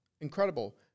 incredible